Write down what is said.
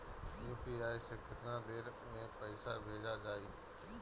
UPI से केतना देर मे पईसा भेजा जाई?